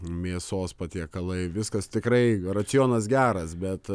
mėsos patiekalai viskas tikrai racionas geras bet